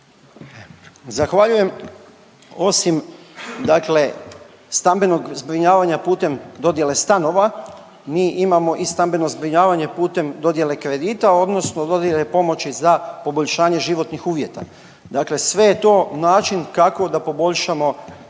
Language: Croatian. Zahvaljujem. Osim dakle stambenog zbrinjavanja putem dodjele stanova, mi imamo i stambeno zbrinjavanje putem dodjele kredita, odnosno dodjele pomoći za poboljšanje životnih uvjeta. Dakle sve je to način kako da poboljšamo